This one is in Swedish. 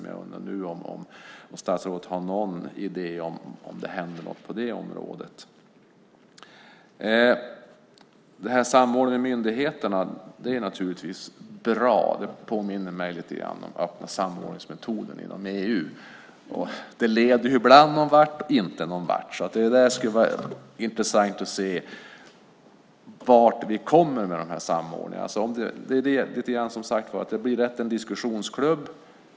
Men jag undrar nu om statsrådet har någon idé om det, om något händer på det området. Detta med samordning med myndigheterna är naturligtvis bra. Det påminner mig lite grann om den öppna samordningsmetoden inom EU. Det där leder ibland någon vart så att säga, ibland inte. Det skulle vara intressant att se vart vi kommer med den här samordningen. Det blir lätt en diskussionsklubb.